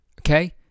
okay